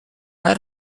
add